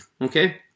okay